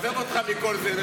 עזוב אותך מכל זה,